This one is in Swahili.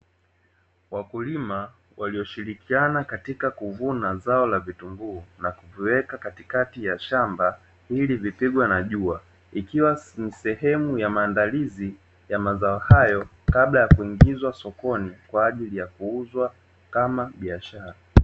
Wakulima walioshirikiana katika kuvuna zao la vitunguu na kuviweka katikati ya shamba ili vipigwe na jua, ikiwa ni sehemu ya maandalizi ya mazao hayo kabla ya kuingizwa sokoni kwa ajili ya kuuzwa kama biashara.